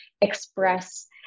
express